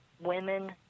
women